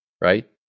right